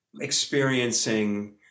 experiencing